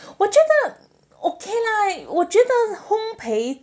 我觉得 okay lah 我觉得烘培